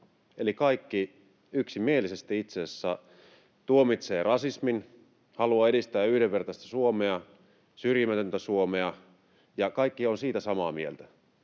kaikki yksimielisesti tuomitsevat rasismin, haluavat edistää yhdenvertaista Suomea ja syrjimätöntä Suomea, ja kaikki ovat siitä samaa mieltä.